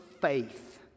faith